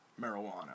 marijuana